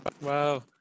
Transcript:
Wow